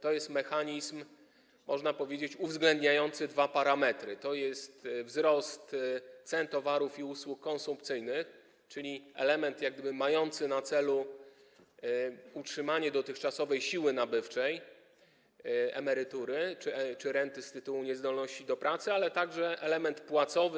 To jest mechanizm, można powiedzieć, uwzględniający dwa parametry, tj. wzrost cen towarów i usług konsumpcyjnych, czyli element mający na celu utrzymanie dotychczasowej siły nabywczej emerytury czy renty z tytułu niezdolności do pracy, a także element płacowy.